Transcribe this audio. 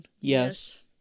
Yes